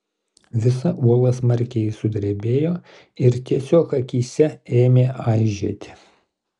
visa uola smarkiai sudrebėjo ir tiesiog akyse ėmė aižėti